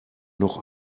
noch